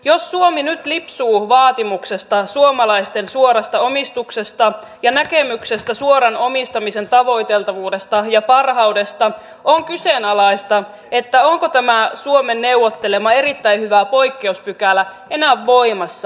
jos suomi nyt lipsuu vaatimuksestaan suomalaisten suorasta omistuksesta ja näkemyksestään suoran omistamisen tavoiteltavuudesta ja parhaudesta on kyseenalaista onko tämä suomen neuvottelema erittäin hyvä poikkeuspykälä enää voimassa